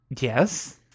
yes